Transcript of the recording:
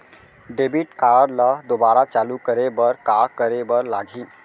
Debit card ला दोबारा चालू करे बर का करे बर लागही?